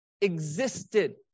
existed